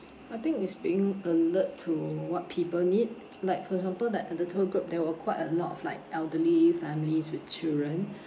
I think is being alert to what people need like for example like the tour group there were quite a lot of like elderly families with children